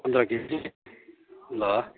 पन्ध्र केजी ल